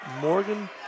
Morgan